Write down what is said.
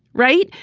right?